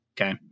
okay